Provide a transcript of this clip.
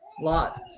Lots